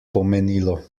pomenilo